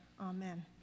amen